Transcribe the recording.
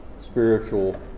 spiritual